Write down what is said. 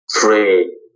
free